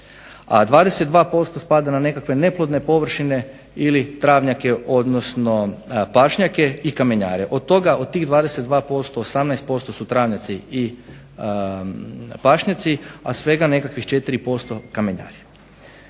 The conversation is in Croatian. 22% spada na nekakve neplodne površine ili travnjake odnosno pašnjake i kamenjare. Od tih 22% 18% su travnjaci i pašnjaci a svega nekakvih 4% kamenjari.